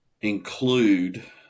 include